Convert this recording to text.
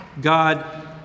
God